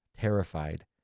terrified